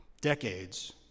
decades